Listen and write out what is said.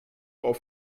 auf